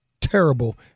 terrible